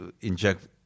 inject